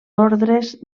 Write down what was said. ordres